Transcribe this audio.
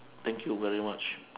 thank you very much